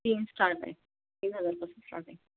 तीन स्टार्ट आहे तीन हजारपासून स्टार्टिंग